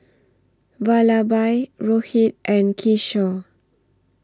Vallabhbhai Rohit and Kishore